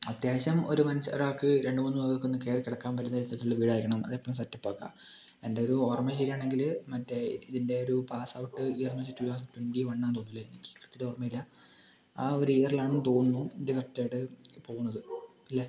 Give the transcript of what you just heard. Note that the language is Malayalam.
അത്യവശ്യം ഒരു മനു ഒരാൾക്ക് രണ്ട് മൂന്ന് പേർക്ക് ഒന്ന് കയറി കിടക്കാൻ പറ്റുന്നതിനനുസരിച്ചുള്ള വീടായിരിക്കണം അത് എപ്പോളും സെറ്റപ്പ് ആക്കുക എൻ്റെ ഒരു ഓർമ്മ ശരിയാണെങ്കിൽ മറ്റേ ഇതിൻ്റെ ഒരു പാസ്ഔട്ട് ഇയർ എന്ന് വെച്ചിട്ടുണ്ടെങ്കിൽ ട്വൻറ്റി വൺ ആണെന്ന് തോന്നുന്നു എനിക്ക് കൃത്യമായിട്ട് ഓർമ്മയില്ല ആ ഒരു ഇയറിൽ ആണെന്ന് തോന്നുന്നു ഇത് കറക്റ്റ് ആയിട്ട് പോകുന്നത് അല്ലേ